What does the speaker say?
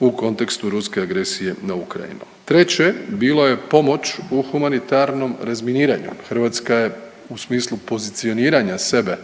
u kontekstu ruske agresije na Ukrajinu. Treće, bilo je pomoć u humanitarnom razminiranju. Hrvatska je u smislu pozicioniranja sebe